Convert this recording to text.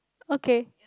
okay